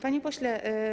Panie Pośle!